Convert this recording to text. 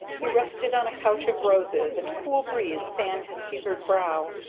he rested on a couch of roses, and cool breezes fanned his fevered brow.